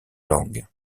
langues